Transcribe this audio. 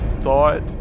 thought